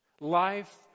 Life